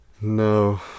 no